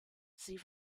sie